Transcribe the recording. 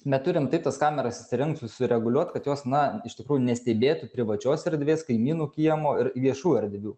bet turim taip tas kameras įsirengt sureguliuot kad jos na iš tikrųjų nestebėtų privačios erdvės kaimynų kiemo ir viešų erdvių